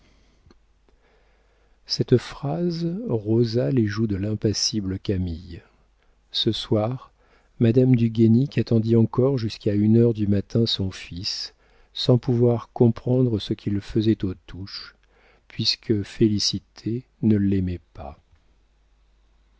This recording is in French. cette phrase rosa les joues de l'impassible camille ce soir madame du guénic attendit encore jusqu'à une heure du matin son fils sans pouvoir comprendre ce qu'il faisait aux touches puisque félicité ne l'aimait pas